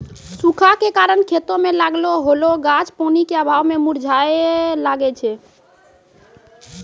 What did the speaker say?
सूखा के कारण खेतो मे लागलो होलो गाछ पानी के अभाव मे मुरझाबै लागै छै